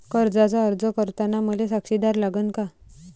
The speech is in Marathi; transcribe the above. कर्जाचा अर्ज करताना मले साक्षीदार लागन का?